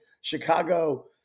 Chicago